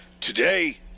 Today